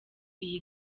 iyi